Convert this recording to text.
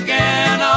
Again